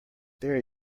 there